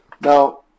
Now